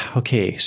okay